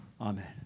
Amen